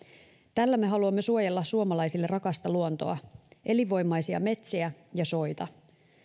tällä me haluamme suojella suomalaisille rakasta luontoa elinvoimaisia metsiä ja soita